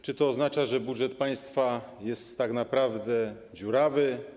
Czy to oznacza, że budżet państwa jest tak naprawdę dziurawy?